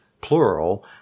plural